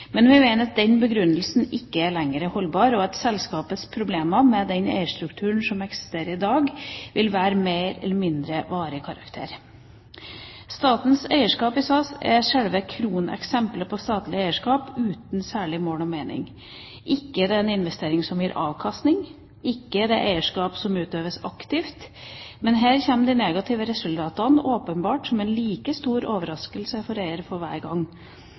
Men vi mener at den begrunnelsen ikke lenger er holdbar, og at selskapets problemer med den eierstrukturen som eksisterer i dag, vil være av mer eller mindre varig karakter. Statens eierskap i SAS er sjølve kroneksempelet på statlig eierskap uten særlig mål og mening. Ikke er det en investering som gir avkastning, ikke er det et eierskap som utøves aktivt – men her kommer de negative resultatene åpenbart som en like stor overraskelse for eieren for hver gang